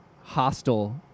hostile